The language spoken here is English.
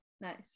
Nice